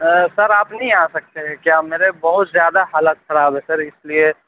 سر آپ نہیں آسکتے تھے کیا میرے بہت زیادہ حالت خراب ہے سر اِس لیے